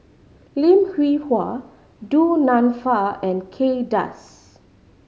Lim Hwee Hua Du Nanfa and Kay Das